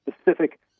specific